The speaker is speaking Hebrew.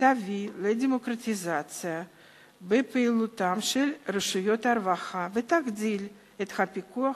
תביא לדמוקרטיזציה בפעילותן של רשויות הרווחה ותגדיל את פיקוח